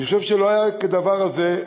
אני חושב שלא היה כדבר הזה.